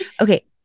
Okay